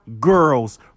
girls